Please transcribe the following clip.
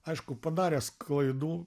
aišku padaręs klaidų